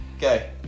Go